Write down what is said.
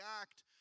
act